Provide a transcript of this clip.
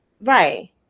right